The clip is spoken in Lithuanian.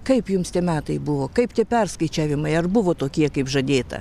kaip jums tie metai buvo kaip tie perskaičiavimai ar buvo tokie kaip žadėta